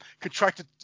contracted